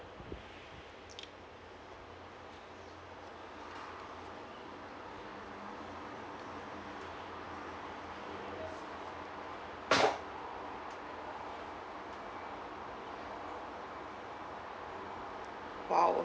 !wow!